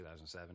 2007